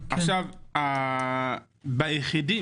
ביחידי